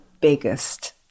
biggest